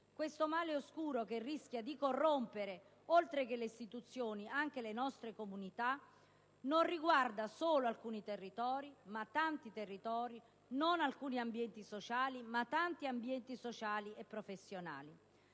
Questo male oscuro che rischia di corrompere oltre che le istituzioni anche le nostre comunità, non riguarda solo alcuni territori ma tanti territori, non solo alcuni ambienti sociali ma tanti ambienti sociali e professionali.